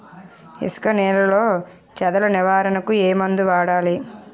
ఇసుక నేలలో చదల నివారణకు ఏ మందు వాడాలి?